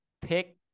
pick